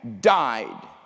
died